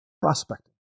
prospecting